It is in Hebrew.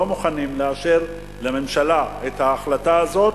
מוכנים לאשר לממשלה את ההחלטה הזאת,